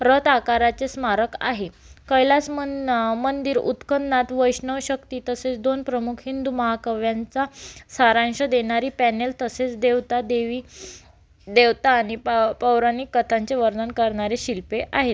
रथ आकाराचे स्मारक आहे कैलास मन मंदिर उत्खननात वैष्णव शक्ती तसेच दोन प्रमुख हिंदू महाकाव्यांचा सारांश देणारी पॅनेल तसेच देवता देवी देवता आणि पौराणिक कथांचे वर्णन करणारी शिल्पे आहेत